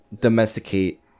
domesticate